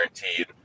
guaranteed